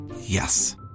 Yes